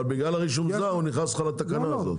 בגלל רישום זר הוא נכנס לתקנה הזאת.